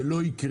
זה לא יקרה.